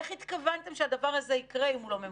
איך התכוונתם שהדבר הזה יקרה אם הוא לא ממומש?